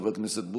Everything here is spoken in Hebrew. חבר הכנסת בוסו,